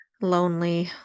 lonely